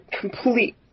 complete